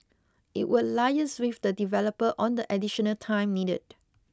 it will liaise with the developer on the additional time needed